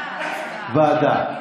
ועדה.